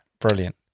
Brilliant